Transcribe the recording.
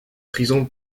prison